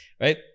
right